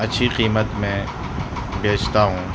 اچھی قیمت میں بیچتا ہوں